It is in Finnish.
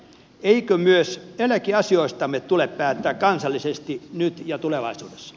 eikö myös eläkeasioistamme tule päättää kansallisesti nyt ja tulevaisuudessa